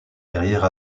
derrière